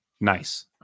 nice